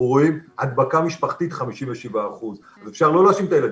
רואים הדבקה משפחתית 57%. אפשר לא להאשים את הילדים,